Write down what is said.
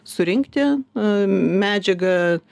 surinkti medžiagą